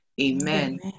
amen